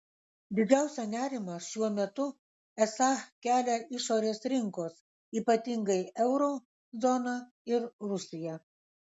didžiausią nerimą šiuo metu esą kelia išorės rinkos ypatingai euro zona ir rusija